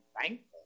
thankful